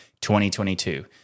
2022